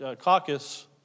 Caucus